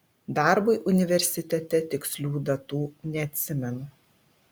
darbui universitete tikslių datų neatsimenu